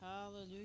Hallelujah